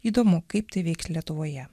įdomu kaip tai vyks lietuvoje